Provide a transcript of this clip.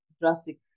drastic